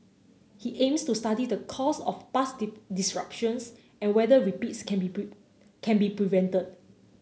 he aims to study the cause of past disruptions and whether repeats can be can be prevented